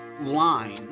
line